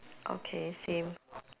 okay same